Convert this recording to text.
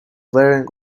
wearing